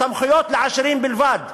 סמכויות לעשירים בלבד.